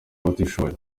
abatishoboye